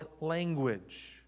language